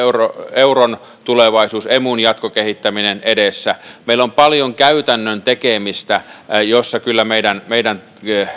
euron tulevaisuus emun jatkokehittäminen edessä meillä on paljon käytännön tekemistä jossa kyllä meidän meidän